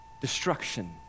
destruction